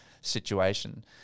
situation